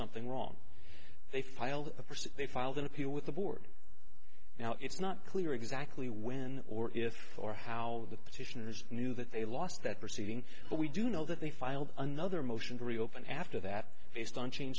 something wrong they filed a person they filed an appeal with the board now it's not clear exactly when or if or how the petitioners knew that they lost that proceeding but we do know that they filed another motion to reopen after that based on cha